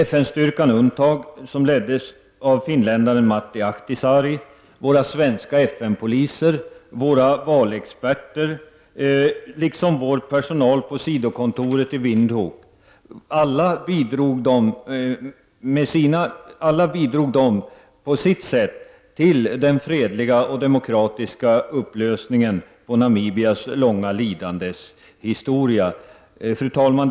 FN-styrkan UNCTAD, som leddes av finländaren Martti Ahtisaari, våra svenska FN-poliser, våra valexperter, liksom vår personal på SIDA-kontoret i Windhoek, alla bidrog de på sitt sätt till den fredliga och demokratiska upplösningen på Namibias långa lidandes historia. Fru talman!